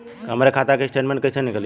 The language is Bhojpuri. हमरे खाता के स्टेटमेंट कइसे निकली?